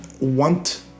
want